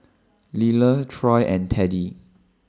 Liller Troy and Teddie